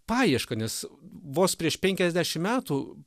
paiešką nes vos prieš penkiasdešimt metų